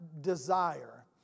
desire